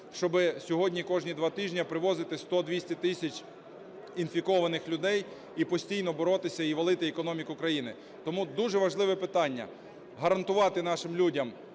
щоб сьогодні кожні 2 тижня привозити 100-200 тисяч інфікованих людей і постійно боротися і валити економіку країни. Тому дуже важливе питання – гарантувати нашим людям